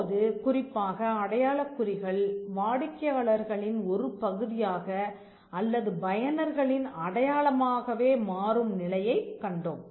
இப்போது குறிப்பாக அடையாளக் குறிகள் வாடிக்கையாளர்களின் ஒருபகுதியாக அல்லது பயனர்களின் அடையாளமாகவே மாறும் நிலையை கண்டோம்